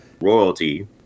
royalty